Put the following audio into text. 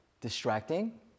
distracting